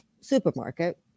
supermarket